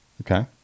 okay